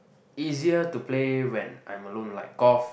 easier to play when I'm alone like Golf